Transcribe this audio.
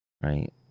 right